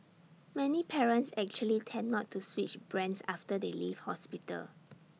many parents actually tend not to switch brands after they leave hospital